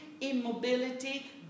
immobility